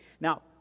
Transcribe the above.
Now